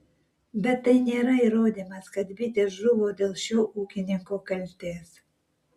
bet tai nėra įrodymas kad bitės žuvo dėl šio ūkininko kaltės